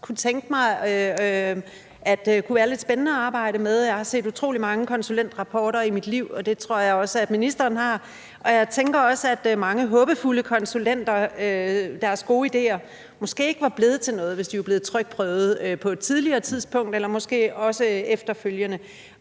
kunne tænke mig kunne være lidt spændende at arbejde med. Jeg har set utrolig mange konsulentrapporter i mit liv, og det tror jeg også at ministeren har, og jeg tænker også, at mange håbefulde konsulenter og deres gode ideer måske ikke var blevet til noget, hvis det var blevet trykprøvet på et tidligere tidspunkt eller måske også efterfølgende.